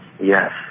Yes